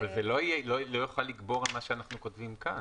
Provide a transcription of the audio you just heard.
אבל זה לא יוכל לגבור על מה שאנחנו כותבים כאן.